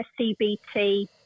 CBT